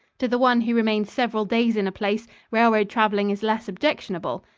to the one who remains several days in a place, railroad traveling is less objectionable.